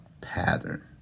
pattern